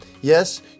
Yes